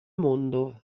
mondo